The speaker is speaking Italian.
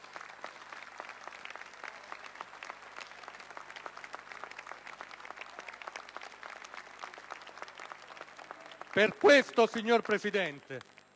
Per questo, signor Presidente,